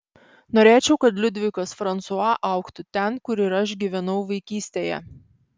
norėčiau kad liudvikas fransua augtų ten kur ir aš gyvenau vaikystėje